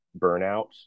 burnout